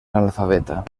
analfabeta